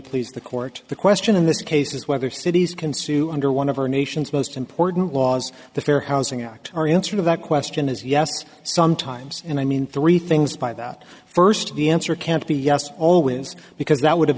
please the court the question in this case is whether cities can sue under one of our nation's most important laws the fair housing act our answer to that question is yes sometimes and i mean three things by that first the answer can't be yes all wins because that would have